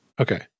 okay